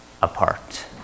apart